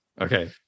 Okay